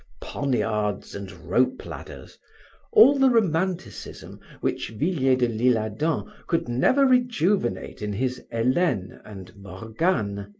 poniards and rope ladders all the romanticism which villiers de l'isle adam could never rejuvenate in his elen and morgane,